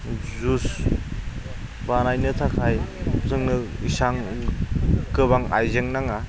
juice बानायनो थाखाय जोंनो एसां गोबां आइजें नाङा